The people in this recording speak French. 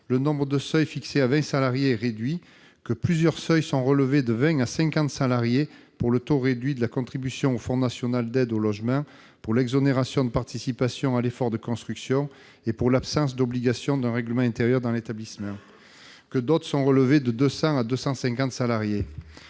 le nombre de seuils fixés à 20 salariés est réduit, plusieurs seuils sont relevés de 20 à 50 salariés pour le taux réduit de la contribution au Fonds national d'aide au logement, ou FNAL, pour l'exonération de participation à l'effort de construction et pour l'absence d'obligation d'un règlement intérieur dans l'établissement, tandis que d'autres sont relevés de 200 à 250 salariés.